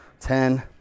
ten